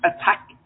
attack